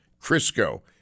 Crisco